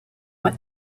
what